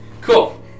Cool